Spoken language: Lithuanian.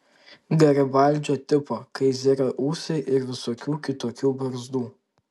garibaldžio tipo kaizerio ūsai ir visokių kitokių barzdų